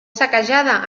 saquejada